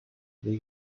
they